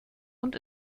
und